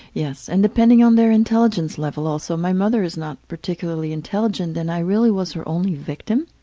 yes. and depending on their intelligence level also. my mother is not particularly intelligent and i really was her only victim.